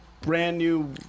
brand-new